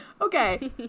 okay